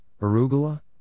arugula